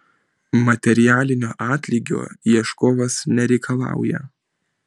materialinio atlygio ieškovas nereikalauja